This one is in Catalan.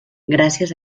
gràcies